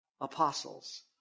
apostles